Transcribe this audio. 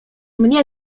mnie